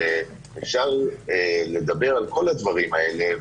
אפשר לדבר על כל הדברים האלה,